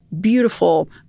beautiful